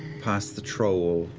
past the troll,